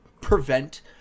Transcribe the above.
prevent